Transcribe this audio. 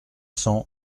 cents